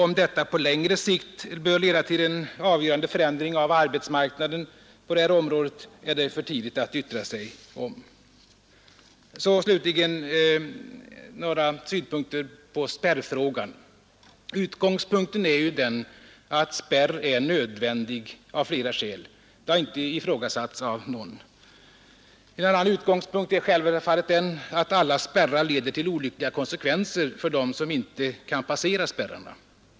Om detta på längre sikt bör leda till en avgörande förändring av arbetsmarknaden på det här området är det för tidigt att yttra sig om. Så slutligen några synpunkter på spärrfrågan. Utgångspunkten är ju den att spärr är nödvändigt av flera skäl. Det har inte ifrågasatts av någon. En annan utgångspunkt är självfallet den att alla spärrar leder till olyckliga konsekvenser för dem som inte kan passera spärrarna.